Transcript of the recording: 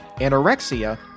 anorexia